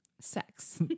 Sex